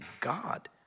God